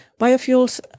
Biofuels